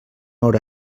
hora